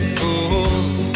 fools